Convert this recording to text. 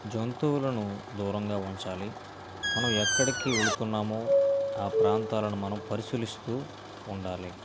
జంతువులను దూరంగా ఉంచాలి మనం ఎక్కడికి వెళుతున్నాము ఆ ప్రాంతాలను మనం పరిశీలిస్తూ ఉండాలి